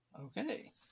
Okay